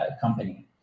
company